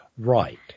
Right